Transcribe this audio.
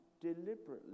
deliberately